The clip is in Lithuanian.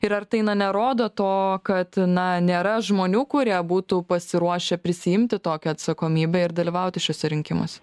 ir ar tai na nerodo to kad na nėra žmonių kurie būtų pasiruošę prisiimti tokią atsakomybę ir dalyvauti šiuose rinkimuose